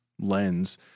lens